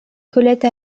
colette